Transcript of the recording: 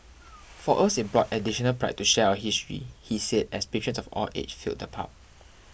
for us it brought additional pride to share our history he said as patrons of all ages filled the pub